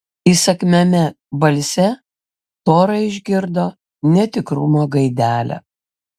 įsakmiame balse tora išgirdo netikrumo gaidelę